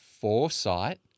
foresight